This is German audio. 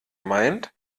meint